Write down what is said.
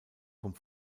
vom